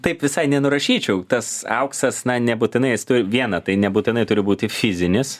taip visai nenurašyčiau tas auksas na nebūtinai jis tu viena tai nebūtinai turi būti fizinis